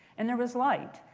and there was light.